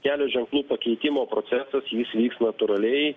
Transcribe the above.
kelio ženklų pakeitimo procesas jis vyks natūraliai